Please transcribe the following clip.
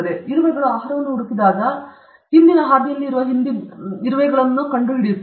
ಇರುವೆಗಳು ಆಹಾರವನ್ನು ಹುಡುಕಿದಾಗ ಅವುಗಳು ಹಿಂದಿನ ಹಾದಿಯಲ್ಲಿ ಇರುವ ಹಿಂದಿನ ಇರುವೆಗಳನ್ನು ಕಂಡುಹಿಡಿಯುತ್ತವೆ